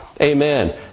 Amen